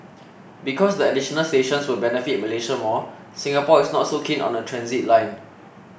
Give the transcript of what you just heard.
because the additional stations will benefit Malaysia more Singapore is not so keen on the transit line